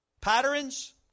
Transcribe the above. patterns